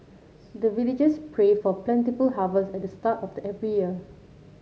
the villagers pray for plentiful harvest at the start of the every year